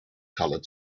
coloured